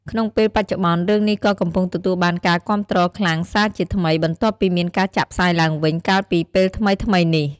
ក្នុងពេលបច្ចុប្បន្ន រឿងនេះក៏កំពុងទទួលបានការគាំទ្រខ្លាំងសារជាថ្មី បន្ទាប់ពីមានការចាក់ផ្សាយឡើងវិញ កាលពីពេលថ្មីៗនេះ។